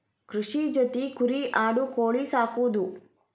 ಕೃಷಿ ಜೊತಿ ಕುರಿ ಆಡು ಕೋಳಿ ಸಾಕುದು